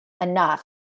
enough